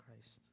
Christ